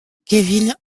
gavin